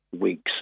weeks